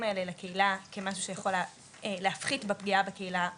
האלה לקהילה כמשהו שיכול להפחית בפגיעה בקהילה בהמשך.